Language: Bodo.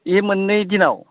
बे मोन्नै दिनाव